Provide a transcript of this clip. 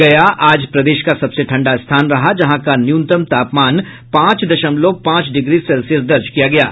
गया आज प्रदेश का सबसे ठंडा स्थान रहा जहां का न्यूनतम तापमान पांच दशमलव पांच डिग्री सेल्सियस दर्ज किया गया है